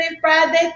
Friday